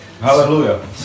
Hallelujah